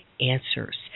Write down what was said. answers